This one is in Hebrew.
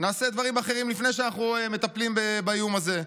נעשה דברים אחרים לפני שאנחנו מטפלים באיום הזה.